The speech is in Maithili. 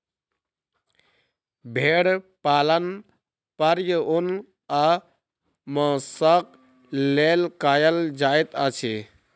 भेड़ पालन प्रायः ऊन आ मौंसक लेल कयल जाइत अछि